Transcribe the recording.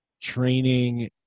training